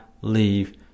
leave